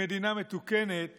במדינה מתוקנת